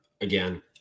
again